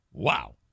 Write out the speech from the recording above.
wow